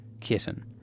kitten